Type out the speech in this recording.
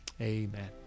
Amen